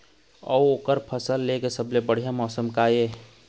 अऊ ओकर फसल लेय के सबसे बढ़िया मौसम का ये?